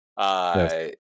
Yes